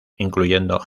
incluyendo